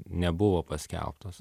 nebuvo paskelbtos